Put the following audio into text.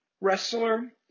wrestler